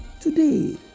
Today